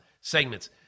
segments